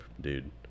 dude